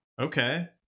Okay